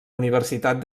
universitat